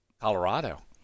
Colorado